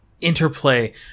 interplay